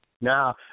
Now